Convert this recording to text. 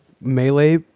melee